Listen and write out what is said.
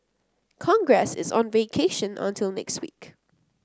congress is on vacation until next week